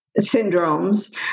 syndromes